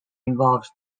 involves